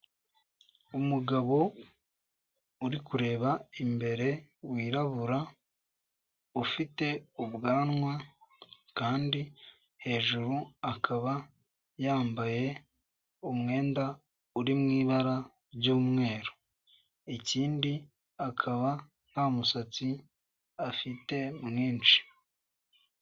Umugabo uri kureba imbere wirabura ufite ubwanwa kandi hejuru akaba yambaye umwenda uri mu ibara ry'umweru, ikindi akaba nta musatsi afite mwinshi.